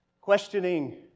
Questioning